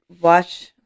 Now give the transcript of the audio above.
watch